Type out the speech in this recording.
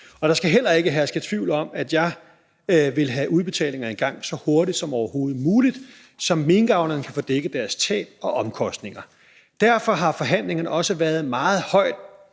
Og der skal heller ikke herske tvivl om, at jeg vil have udbetalingerne i gang så hurtigt som overhovedet muligt, så minkavlerne kan få dækket deres tab og omkostninger. Derfor har forhandlingerne også stået meget højt